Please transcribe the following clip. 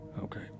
Okay